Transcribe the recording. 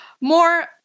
more